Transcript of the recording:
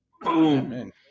Boom